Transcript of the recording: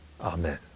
Amen